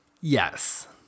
Yes